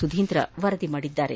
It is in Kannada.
ಸುಧೀಂದ್ರ ವರದಿ ಮಾಡಿದ್ದಾರೆ